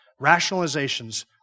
rationalizations